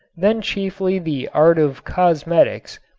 then chiefly the art of cosmetics,